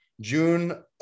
june